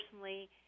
personally